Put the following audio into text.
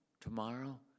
tomorrow